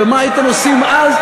ומה הייתם עושים אז?